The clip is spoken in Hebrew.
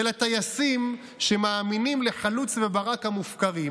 ולטייסים שמאמינים לחלוץ וברק המופקרים,